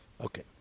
Okay